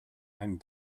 einen